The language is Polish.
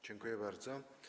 Dziękuję bardzo.